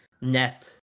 net